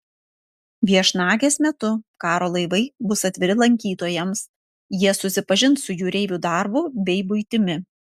viešnagės metu karo laivai bus atviri lankytojams jie susipažins su jūreivių darbu bei buitimi